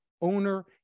owner